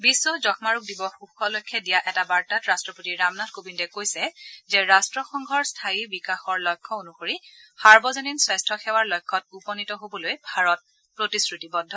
বিশ্ব যক্ষ্মাৰোগ দিৱস উপলক্ষে দিয়া এটা বাৰ্তাত ৰাট্টপতি ৰামনাথ কোবিন্দে কৈছে যে ৰাট্টসংঘৰ স্থায়ী বিকাশৰ লক্ষ্য অনুসৰি সাৰ্বজনীন স্বাস্থ্য সেৱাৰ লক্ষ্যত উপনীত হ'বলৈ ভাৰত প্ৰতিশ্ৰুতিবদ্ধ